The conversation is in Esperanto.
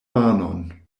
manon